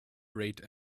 rate